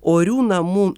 orių namų